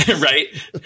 right